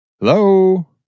Hello